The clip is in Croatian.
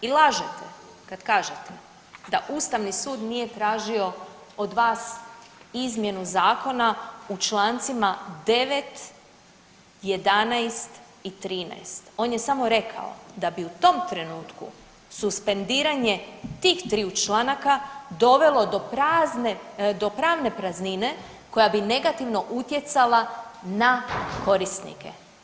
I lažete kad kažete da Ustavni sud nije tražio od vas izmjenu zakona u čl. 9., 11. i 13., on je samo rekao da bi u tom trenutku suspendiranje tih triju članaka dovelo do pravne praznine koja bi negativno utjecala na korisnike.